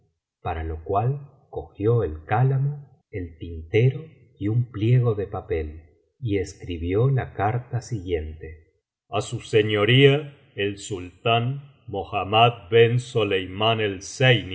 para lo cual cogió el cálamo el tintero y un pliego de papel y escribió la carta siguiente a su señoría el sultán mohammad ben soleimán el zeiní vicario de